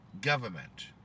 government